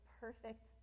perfect